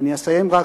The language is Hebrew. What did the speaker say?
ואני אסיים רק,